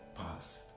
past